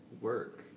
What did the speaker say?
work